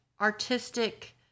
artistic